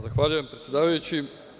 Zahvaljujem, predsedavajući.